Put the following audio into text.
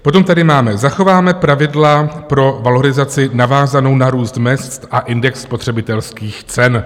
Potom tady máme: Zachováme pravidla pro valorizaci navázanou na růst mezd a index spotřebitelských cen.